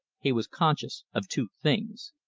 he was conscious of two things.